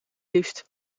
liefst